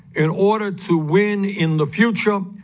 in order to win in the future, um